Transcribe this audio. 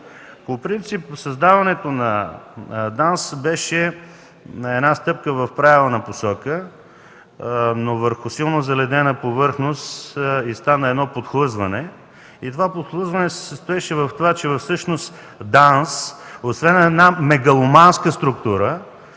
По принцип създаването на ДАНС беше една стъпка в правилна посока, но върху силно заледена повърхност и стана подхлъзване. То се състоеше в това, че ДАНС освен една мегаломанска структура,